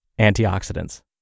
antioxidants